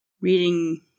reading